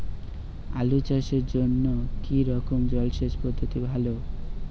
আলু চাষের জন্য কী রকম জলসেচ পদ্ধতি ভালো?